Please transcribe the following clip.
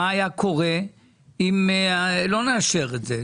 מה היה קורה אם לא נאשר את זה?